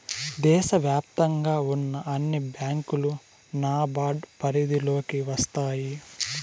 దేశ వ్యాప్తంగా ఉన్న అన్ని బ్యాంకులు నాబార్డ్ పరిధిలోకి వస్తాయి